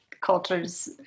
cultures